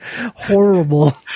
horrible